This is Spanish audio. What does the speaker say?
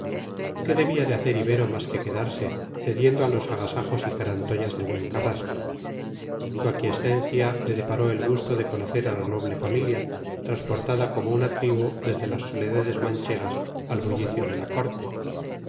qué debía de hacer ibero más que quedarse cediendo a los agasajos y carantoñas del buen carrasco su aquiescencia le deparó el gusto de conocer a la noble familia transportada como una tribu desde las soledades manchegas al bullicio de la corte